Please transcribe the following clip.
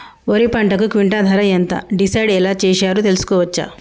వరి పంటకు క్వింటా ధర ఎంత డిసైడ్ ఎలా చేశారు తెలుసుకోవచ్చా?